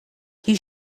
you